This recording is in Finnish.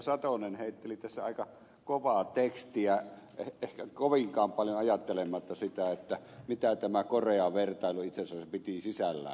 satonen heitteli tässä aika kovaa tekstiä ehkä kovinkaan paljon ajattelematta sitä mitä tämä korea vertailu itse asiassa piti sisällään